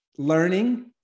Learning